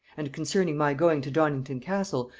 and concerning my going to donnington castle,